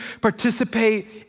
participate